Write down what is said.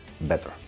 better